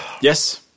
Yes